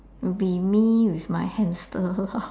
oh will be me with my hamster lor